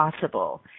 possible